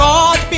God